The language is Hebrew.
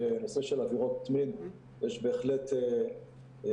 בנושא של עבירות מין יש בהחלט עלייה.